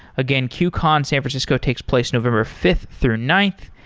again, qcon san francisco takes place november fifth through ninth,